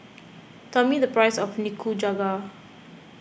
tell me the price of Nikujaga